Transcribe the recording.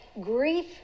grief